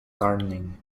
gardening